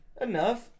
Enough